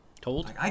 told